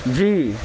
جی